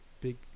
big